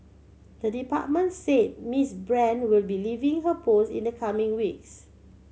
the department said Miss Brand will be leaving her post in the coming weeks